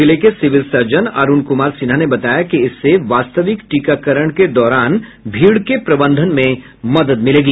जिले के civil surgeon Arun Kumar Sinha ने बताया कि इससे वास्तविक टीकाकरण के दौरान भीड़ के प्रबंधन में मदद मिलेगी